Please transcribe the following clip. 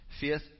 Fifth